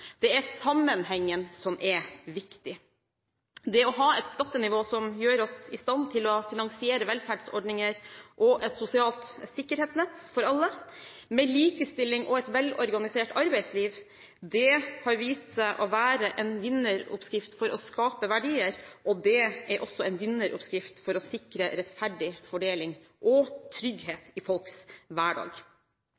Det er sammenhengen som er viktig. Det å ha et skattenivå som gjør oss i stand til å finansiere velferdsordninger og et sosialt sikkerhetsnett for alle, med likestilling og et velorganisert arbeidsliv, har vist seg å være en vinneroppskrift for å skape verdier, og det er også en vinneroppskrift for å sikre rettferdig fordeling og